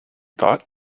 thought